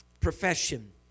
Profession